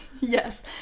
yes